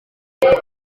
imbere